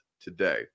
today